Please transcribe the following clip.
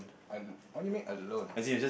al~ what do you mean alone